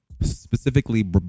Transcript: specifically